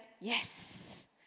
Yes